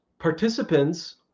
Participants